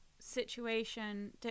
situation